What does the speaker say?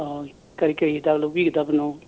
ꯑꯥ ꯀꯔꯤ ꯀꯔꯤ ꯍꯤꯗꯥꯛ ꯂꯧꯕꯤꯒꯗꯕꯅꯣ